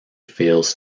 fails